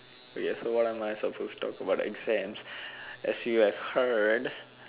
wait so what am I supposed to talk about exams as you have heard